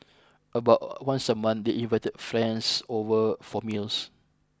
about once a month they invite friends over for meals